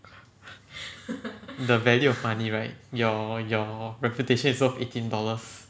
the value of money right your your reputation is worth eighteen dollars